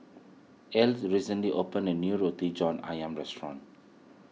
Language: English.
Ezell recently opened a new Roti John Ayam Restaurant